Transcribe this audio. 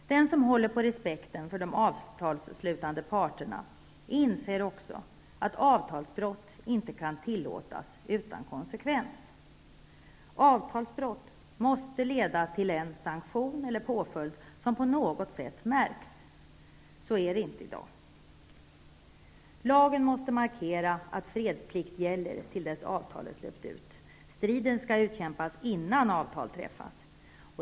Den som håller på respekten för de avtalsslutande parterna inser också att avtalsbrott inte kan tillåtas ske utan konsekvens. Avtalsbrott måste leda till en sanktion eller påföljd som på något sätt märks. Så är det inte i dag. Lagen måste markera att fredsplikt gäller till dess avtalet löpt ut. Striden skall utkämpas innan avtal träffas.